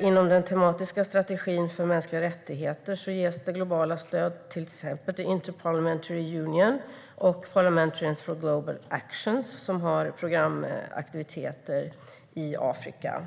Inom den tematiska strategin för mänskliga rättigheter ges globala stöd till exempelvis the Inter-Parliamentary Union och Parliamentarians for Global Action, som har programaktiviteter i Afrika.